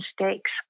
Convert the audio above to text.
mistakes